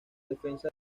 defensa